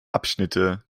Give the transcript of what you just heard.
abschnitte